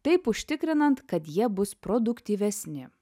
taip užtikrinant kad jie bus produktyvesni